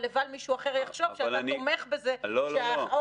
אבל מישהו אחר יחשוב שאתה תומך בזה שאורך